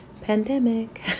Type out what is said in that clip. pandemic